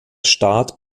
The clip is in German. staat